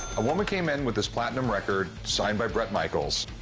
a woman came in with this platinum record signed by bret michaels.